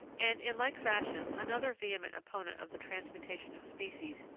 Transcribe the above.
and, in like fashion, another vehement opponent of the transmutation of species,